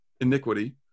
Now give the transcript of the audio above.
iniquity